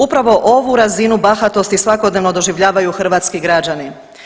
Upravo ovu razinu bahatosti svakodnevno doživljavaju hrvatski građani.